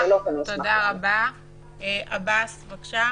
עבאס, בבקשה.